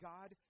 God